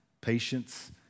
patience